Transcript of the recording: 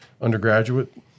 undergraduate